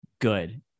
good